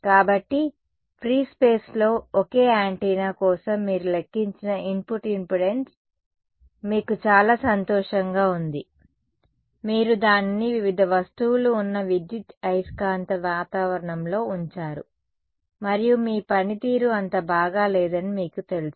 కాబట్టి free space లో ఒకే యాంటెన్నా కోసం మీరు లెక్కించిన ఇన్పుట్ ఇంపెడెన్స్ మీకు చాలా సంతోషంగా ఉంది మీరు దానిని వివిధ వస్తువులు ఉన్న విద్యుదయస్కాంత వాతావరణంలో ఉంచారు మరియు మీ పనితీరు అంత బాగా లేదని మీకు తెలుసు